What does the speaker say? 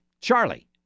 charlie